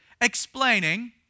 explaining